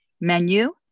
menu